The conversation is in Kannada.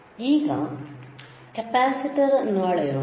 ಈಗ ಕೆಪಾಸಿಟರ್ ಅನ್ನು ಅಳೆಯೋಣ